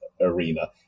arena